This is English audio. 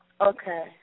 Okay